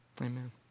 Amen